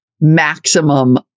maximum